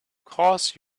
course